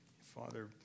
Father